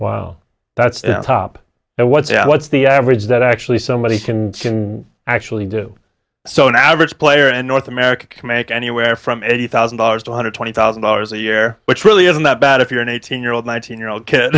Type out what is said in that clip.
while that's top now what's you know what's the average that actually somebody can actually do so an average player in north america can make anywhere from eighty thousand dollars to one hundred twenty thousand dollars a year which really isn't that bad if you're an eighteen year old nineteen year old kid